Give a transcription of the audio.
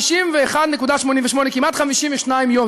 51.88, כמעט 52 יום.